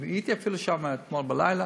הייתי אפילו שם אתמול בלילה,